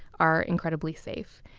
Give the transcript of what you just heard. are incredibly safe.